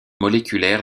moléculaires